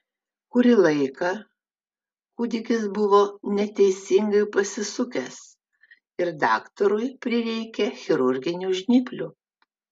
kurį laiką kūdikis buvo neteisingai pasisukęs ir daktarui prireikė chirurginių žnyplių